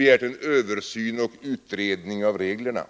vi har begärt en översyn och utredning av reglerna.